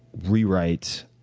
rewrite